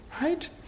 Right